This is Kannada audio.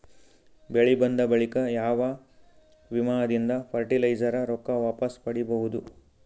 ಬೆಳಿ ಬಂದ ಬಳಿಕ ಯಾವ ವಿಮಾ ದಿಂದ ಫರಟಿಲೈಜರ ರೊಕ್ಕ ವಾಪಸ್ ಪಡಿಬಹುದು?